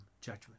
judgment